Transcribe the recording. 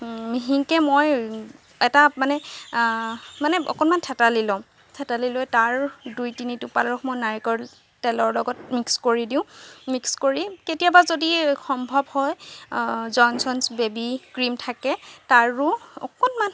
মিহিকৈ মই এটা মানে মানে অকণমান থেতালি ল'ম থেতালি লৈ তাৰ দুই তিনি টোপাল নালিকল তেলৰ লগত মিক্স কৰি দিওঁ মিক্স কৰি কেতিয়াবা যদি সম্ভৱ হয় জনচনছ বেবী ক্ৰীম থাকে তাৰো অকণমান